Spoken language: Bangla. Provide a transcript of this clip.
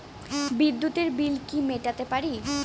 বিদ্যুতের বিল কি মেটাতে পারি?